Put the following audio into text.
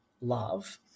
love